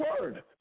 word